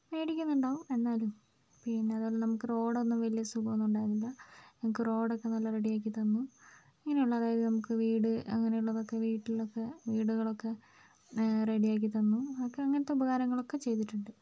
മേടിക്കുന്നുണ്ടാവും എന്നാലും പിന്നെ അതേപോലെ നമുക്ക് റോഡൊന്നും വലിയ സുഖം ഒന്നും ഉണ്ടായിരുന്നില്ല നമുക്ക് റോഡൊക്കെ നല്ല റെഡിയാക്കി തന്നു ഇങ്ങനെയുള്ള അതായത് നമുക്ക് വീട് അങ്ങനെയുള്ളവർക്ക് വീട്ടിലൊക്കെ വീടുകളൊക്കെ റെഡിയാക്കി തന്നു ഒക്കെ അങ്ങനത്തെ ഉപകാരങ്ങള് ഒക്കെ ചെയ്തിട്ടുണ്ട്